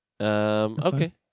Okay